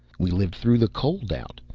we lived through the cold-out,